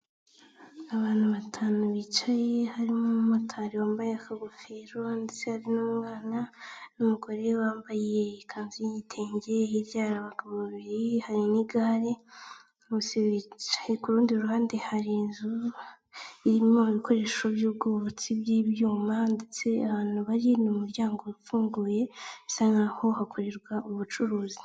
Abantu batanu bicaye harimo umumotari wambaye akagofero ndetse ari n'umwana n'umugore wambaye ikanzu y'igitenge hirya hari abagabo babiri, hari n'igare, ku rundi ruhande hari inzu irimo ibikoresho by'ubwubatsi by'ibyuma ndetse abantu bari mu muryango ufunguye bisa nkaho hakorerwa ubucuruzi.